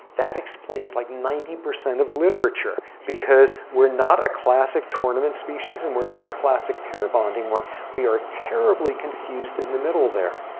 that explains like ninety percent of literature. because we're not a classic tournament species and we're not a classic pair bonding one. we are terribly confused in the middle there.